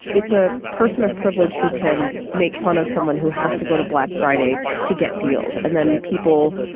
it's a person of privilege who can make fun of someone who has to go to black friday to get deals. and then people,